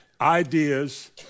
ideas